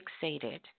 fixated